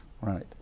right